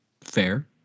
Fair